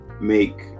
make